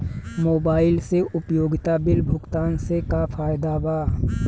Mobile से उपयोगिता bill भुगतान से का फायदा बा?